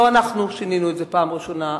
לא אנחנו שינינו את זה פעם ראשונה,